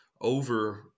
over